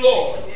Lord